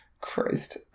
Christ